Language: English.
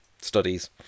studies